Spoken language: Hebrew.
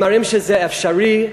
הם מראים שזה אפשרי.